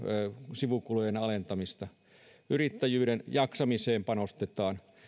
sivukulujen alentamista yrittäjien jaksamiseen panostetaan